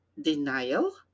denial